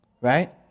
right